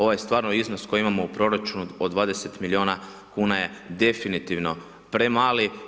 Ovaj stvarno iznos koji imamo u proračunu od 20 milijuna kuna je definitivno premali.